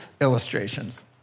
illustrations